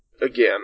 again